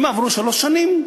אם עברו שלוש שנים,